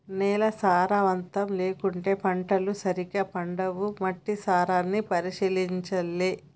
నేల సారవంతం లేకుంటే పంటలు సరిగా పండవు, మట్టి సారాన్ని పరిశీలించాలె